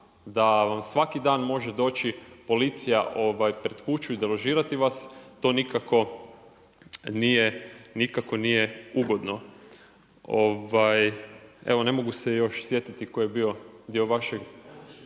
da vam svaki dan može doći policija pred kuću i deložirati vas to nikako nije ugodno. Evo ne mogu se još sjetiti tko je bio dio vašeg,